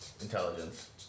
Intelligence